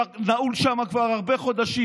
נעול שם כבר הרבה חודשים,